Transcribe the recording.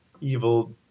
Evil